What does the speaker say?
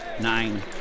nine